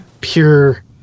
pure